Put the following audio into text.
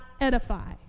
edify